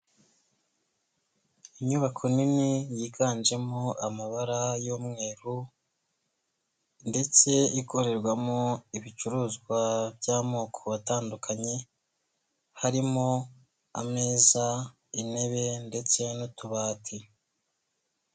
Inyubako nini yiganjemo amabara y'umweru ndetse ikorerwamo ibicuruzwa by'amoko atandukanye harimo ameza, intebe ndetse n'utubati.